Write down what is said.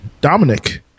dominic